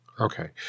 Okay